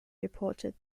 reported